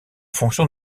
fonction